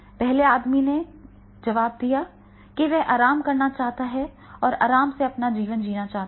पहले आदमी ने तब जवाब दिया कि वह आराम करना चाहता है और आराम से अपना जीवन जीना चाहता है